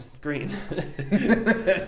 green